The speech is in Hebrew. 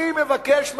אני מבקש מכשיר,